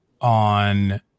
on